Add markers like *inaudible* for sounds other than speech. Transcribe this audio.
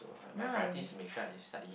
no lah we *breath*